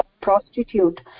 prostitute